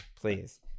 please